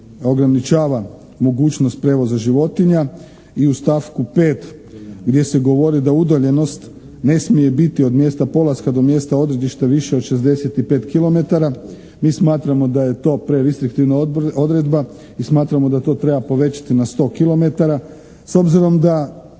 ograničava mogućnost prijevoza životinja i u stavku 5. gdje se govori da udaljenost ne smije biti od mjesta polaska do mjesta odredišta više od 65 kilometara. Mi smatrao da je to preristriktivna odredba i smatramo da to treba povećati na 100 kilometara s obzirom da